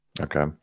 Okay